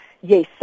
Yes